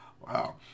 Wow